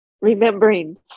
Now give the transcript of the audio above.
remembering